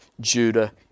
Judah